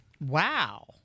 Wow